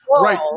right